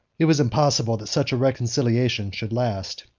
it was impossible that such a reconciliation should last,